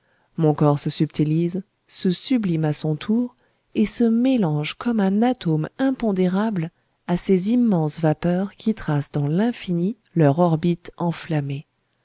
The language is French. mon corps se subtilise se sublime à son tour et se mélange comme un atome impondérable à ces immenses vapeurs qui tracent dans l'infini leur orbite enflammée